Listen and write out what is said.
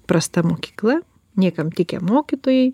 prasta mokykla niekam tikę mokytojai